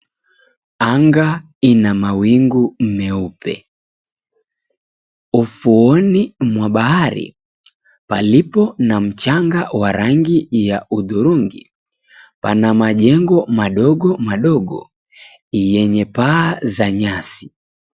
Anga ina mawingu meupe. Ufuoni mwa bahari palipo na mchanga wa rangi hudhurungi pana majengo madogo madogo yenye paa za nyasi.